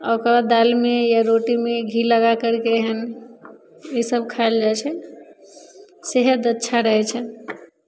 ओकर बाद दालमे या रोटीमे घी लगा कर के हन ई सब खाएल जाय छै सेहत अच्छा रहै छै